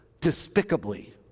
despicably